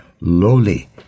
lowly